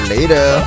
Later